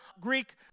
Greek